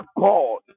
God